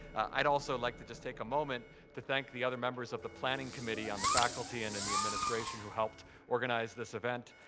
i'd also like to just take a moment to thank the other members of the planning committee on the faculty and in the administration who helped organize this event,